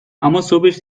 اماصبش